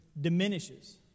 diminishes